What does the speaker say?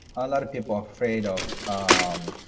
a lot of people are afraid of um